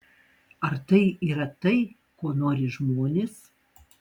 ar tai yra tai ko nori žmonės